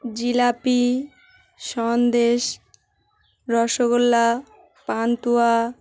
jalebi sandesh rasgulla pantua